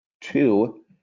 two